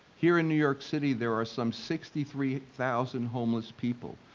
here in new york city there are some sixty three thousand homeless people.